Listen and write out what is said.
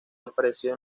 aparecido